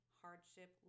hardship